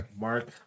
Mark